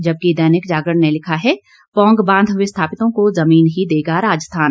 जबकि दैनिक जागरण ने लिखा है पौंग बांध विस्थापितों को जमीन ही देगा राजस्थान